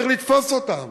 צריך לתפוס אותם